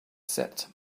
set